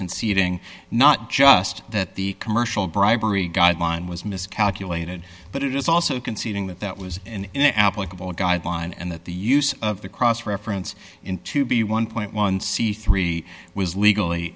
conceding not just that the commercial bribery guideline was miscalculated but it is also conceding that that was an applicable guideline and that the use of the cross reference in to be one dollar c three was legally